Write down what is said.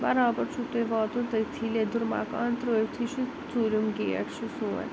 برابر چھُوواتُن تٔتتھٕے لیٛودُر مکان ترایتھٕے چھُ ژوٗرِم گیٹ چھُ سون